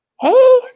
Hey